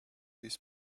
these